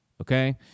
okay